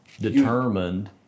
determined